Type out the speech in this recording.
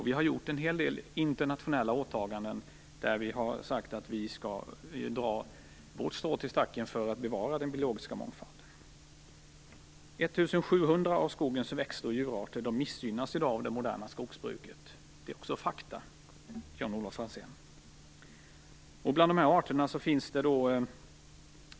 Vi har gjort en hel del internationella åtaganden om att dra vårt strå till stacken för att bevara den biologiska mångfalden. 1 700 av skogens växter och djurarter missgynnas i dag av det moderna skogsbruket. Det är också fakta, Jan-Olof Franzén.